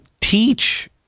teach